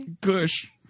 Gush